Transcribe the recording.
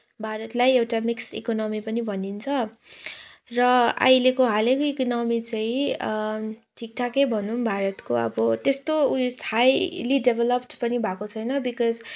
भारतलाई एउटा mixed economy पनि भनिन्छ र आहिलेको हालेको इकोनमी चाहिँ ठिकठाकै भनौँ भारतको अब त्यस्तो उयो हाइली डेभेलप्ड पनि भएको छैन बिकज